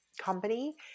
company